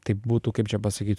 taip būtų kaip čia pasakyt